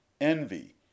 envy